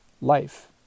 life